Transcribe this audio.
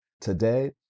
today